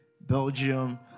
Belgium